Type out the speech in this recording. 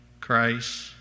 Christ